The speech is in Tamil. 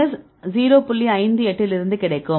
58 இலிருந்து கிடைக்கும்